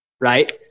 right